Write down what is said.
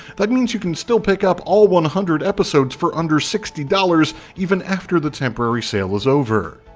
that means you can still pick up all one hundred episodes for under sixty dollars even after the temporary sale is over!